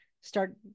start